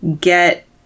get